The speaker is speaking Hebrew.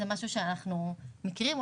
אנחנו מכירים את זה,